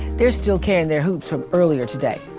they're still carrying their hoops from earlier today.